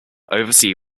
oversee